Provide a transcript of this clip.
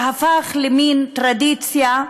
שהפך למין טרדיציה.